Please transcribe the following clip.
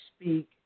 speak